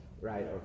Right